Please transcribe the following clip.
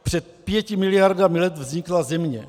Před pěti miliardami let vznikla Země.